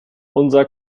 unser